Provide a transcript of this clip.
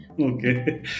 okay